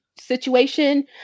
situation